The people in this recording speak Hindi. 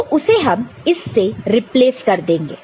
तो उसे हम इससे रिप्लेस कर देंगे